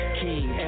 king